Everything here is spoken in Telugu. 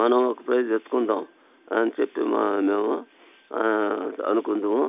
మనం ఒక ప్రైజు ఎత్తుకుందాం అని చెప్పి మేము అనుకుందుము